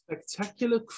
Spectacular